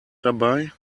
dabei